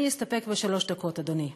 אני אסתפק בשלוש דקות, אדוני.